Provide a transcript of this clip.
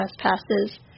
trespasses